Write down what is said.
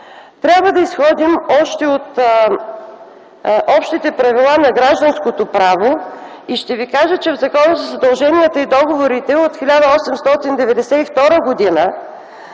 Трябва да изходим още от общите правила на гражданското право. В Закона за задълженията и договорите от 1892 г.,